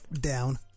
down